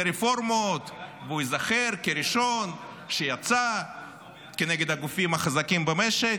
רפורמות והוא ייזכר כראשון שיצא כנגד הגופים החזקים במשק.